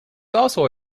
also